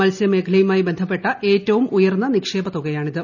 മത്സ്യമേഖലയുമായി ബന്ധപ്പെട്ട ഏറ്റവും ഉയർന്ന നിക്ഷേപ തുകയാണിത്